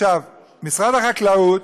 משרד החקלאות